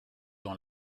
dans